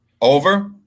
Over